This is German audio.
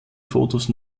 fotos